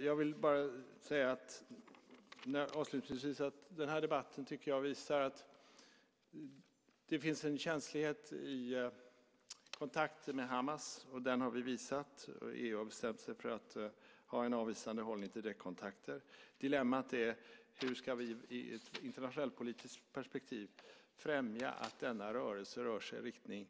Jag vill avslutningsvis säga att jag tycker att den här debatten visar att det finns en känslighet i kontakter med Hamas. Därmed har EU bestämt sig för att ha en avvisande hållning till direktkontakter. Dilemmat är hur vi i ett internationellt politiskt perspektiv ska främja att denna rörelse rör sig i riktning